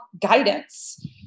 guidance